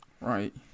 right